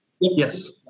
yes